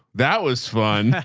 that was fun.